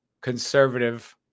conservative